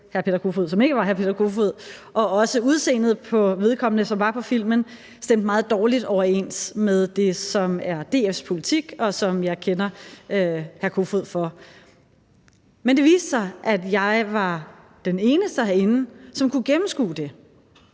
som ikke var hr. Peter Kofod og heller ikke havde hans udseende på filmen – stemte meget dårligt overens med det, som er DF's politik, og som jeg kender hr. Peter Kofod for. Men det viste sig, at jeg var den eneste herinde, som kunne gennemskue det.